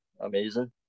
amazing